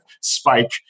spike